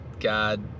God